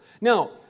Now